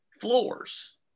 floors